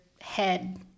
head